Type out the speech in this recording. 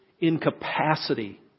incapacity